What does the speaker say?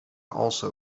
also